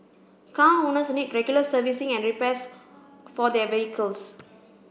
car owners need regular servicing and repairs for their vehicles